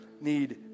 need